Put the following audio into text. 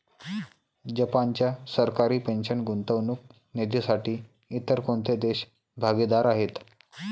जपानच्या सरकारी पेन्शन गुंतवणूक निधीसाठी इतर कोणते देश भागीदार आहेत?